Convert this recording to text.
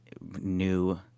new